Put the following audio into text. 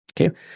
Okay